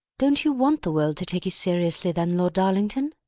don't you want the world to take you seriously then, lord darlington?